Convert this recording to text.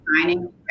signing